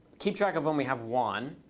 keep track of when we have won.